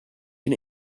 can